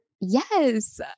Yes